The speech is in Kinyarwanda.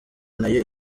nayo